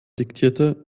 diktierte